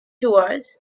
tours